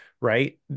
right